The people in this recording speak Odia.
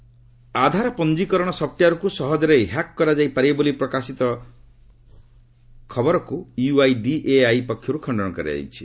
ୟୁଆଇଡଏଆଇ ଆଧାର ପଞ୍ଜୀକରଣ ସପ୍ମଓ୍ବେୟାର୍କୁ ସହଜରେ ହ୍ୟାକ୍ କରାଯାଇ ପାରିବ ବୋଲି ପ୍ରକାଶିତ ଖବରଗୁଡ଼ିକୁ ୟୁଆଇଡିଏଆଇ ପକ୍ଷରୁ ଖଣ୍ଡନ କରାଯାଇଛି